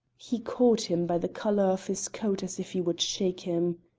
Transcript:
he caught him by the collar of his coat as if he would shake him.